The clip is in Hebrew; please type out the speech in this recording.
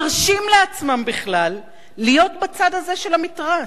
מרשים לעצמם בכלל להיות בצד הזה של המתרס,